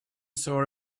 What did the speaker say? saw